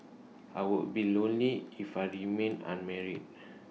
I would be lonely if I remained unmarried